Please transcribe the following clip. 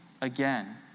again